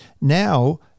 now